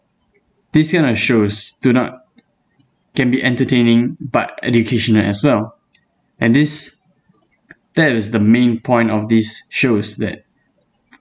this kind of shows do not can be entertaining but educational as well and this that was the main point of this shows that